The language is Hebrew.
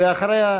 ואחריה,